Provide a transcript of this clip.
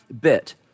bit